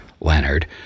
Leonard